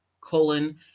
colon